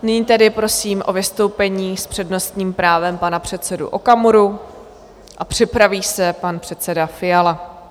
Nyní tedy prosím o vystoupení s přednostním právem pana předsedu Okamuru a připraví se pan předseda Radim Fiala.